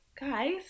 guys